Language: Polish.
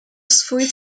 swój